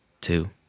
two